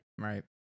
Right